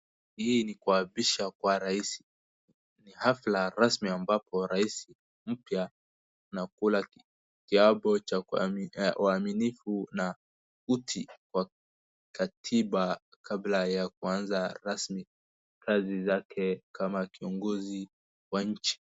Hii ni kuapishwa kwa rais ni hafla rasmi ambapo rais mpya anakula kiapo cha uaminifu na uti wa katiba kabla ya kuanza rasmi kazi zake kama kiongozi wa nchi,